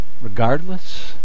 regardless